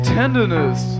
tenderness